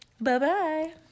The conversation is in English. Bye-bye